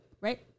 right